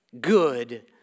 good